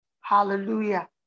Hallelujah